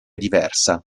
diversa